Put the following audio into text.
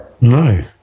No